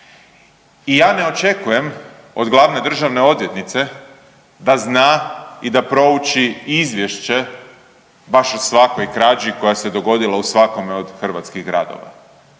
I ja ne očekujem od glavne državne odvjetnice da zna i da prouči izvješće baš o svakoj krađi koja se dogodila u svakome od hrvatskih gradova,